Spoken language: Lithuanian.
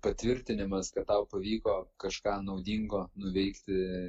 patvirtinimas kad tau pavyko kažką naudingo nuveikti